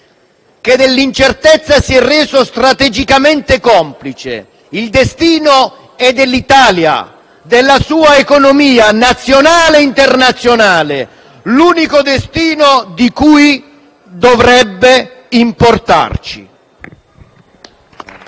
che, nell'incertezza, si è reso strategicamente complice. Il destino è dell'Italia, della sua economia nazionale e internazionale. L'unico destino di cui dovrebbe importarci.